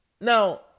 Now